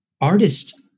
Artists